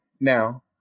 now